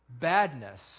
badness